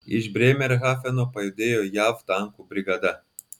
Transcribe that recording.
iš brėmerhafeno pajudėjo jav tankų brigada